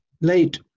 late